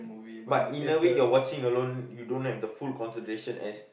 but in a way you are watching alone you don't have the full concentration as